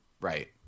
Right